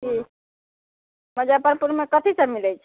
ठीक मजफ्फरपुरमे कथि सभ मिलैत छै